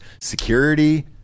security